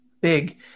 big